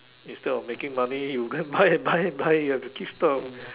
instead of making money you go and buy buy buy you have to keep stock